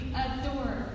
adore